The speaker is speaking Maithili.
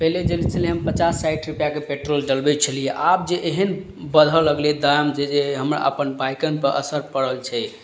पहिले जे छलै हम पचास साठि रुपैआके पेट्रोल डलबै छलियै आब जे एहन बढ़ऽ लगलै दाम जे जे हमरा अपन बाइकन पर असर पड़ल छै